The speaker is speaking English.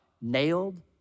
Nailed